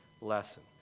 lesson